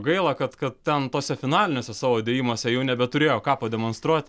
gaila kad kad ten tose finaliniuose savo dėjimuose jau nebeturėjo ką pademonstruot